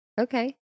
Okay